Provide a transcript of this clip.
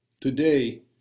today